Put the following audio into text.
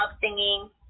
singing